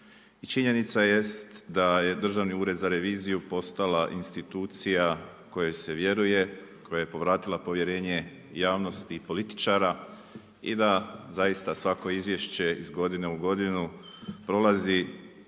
činjenica jest da je Državni ured za reviziju postala institucija kojoj se vjeruje, koja je povratila povjerenje javnosti i političara. I da zaista svako izvješće iz godine u godinu prolazi